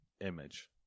image